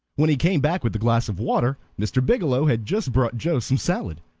when he came back with the glass of water mr. biggielow had just brought joe some salad.